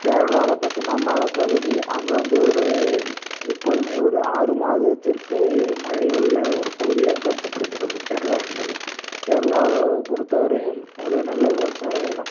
கேரளாவில் பார்த்தோம்னா மலை பகுதி அங்கே வந்து ஒரு எப்போதுமே ஒரு ஆறு மாதத்திற்கு மழை உள்ள ஒரு பகுதியாக கருதப்படுகிறது கேரளா என்பது கேரளாவை பொருத்த வரையும் ஒரு நல்ல விவசாய இடம்